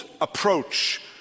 approach